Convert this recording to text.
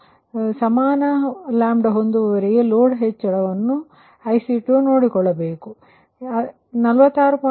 IC1 ಮತ್ತು IC2 ಸಮಾನ ಹೊಂದುವವರಿಗೆ ಲೋಡ್ ಹೆಚ್ಚಳವನ್ನು IC2 ನೋಡಿಕೊಳ್ಳಬೇಕು ಆದ್ದರಿಂದ 46